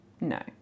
no